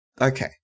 Okay